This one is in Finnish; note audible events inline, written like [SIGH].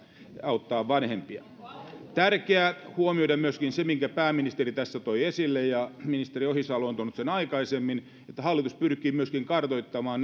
auttaa vanhempia tärkeää on huomioida myöskin se minkä pääministeri tässä toi esille ja ministeri ohisalo on tuonut sen aikaisemmin että hallitus pyrkii myöskin kartoittamaan [UNINTELLIGIBLE]